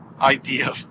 idea